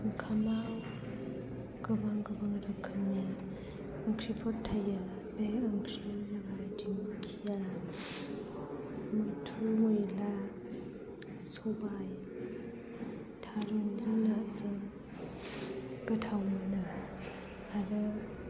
ओंखामआव गोबां गोबां रोखोमनि ओंख्रिफोर थायो बे ओंख्रियानो जाबाय दिंखिया मैद्रु मैला सबाय थारुनजों नाजों गोथाव मोनो आरो